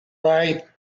right